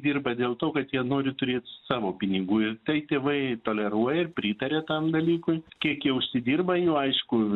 dirba dėl to kad jie nori turėt savo pinigų tai tėvai toleruoja ir pritaria tam dalykui kiek jie užsidirba jau aišku